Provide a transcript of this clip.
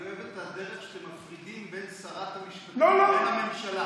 אני אוהב את הדרך שבה אתם מבדילים בין שרת המשפטים לבין הממשלה.